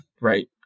Right